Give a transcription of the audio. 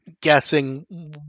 guessing